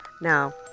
now